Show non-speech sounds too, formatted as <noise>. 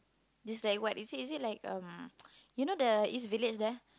this like what is it is it like um <noise> you know the East-Village there